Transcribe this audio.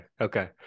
okay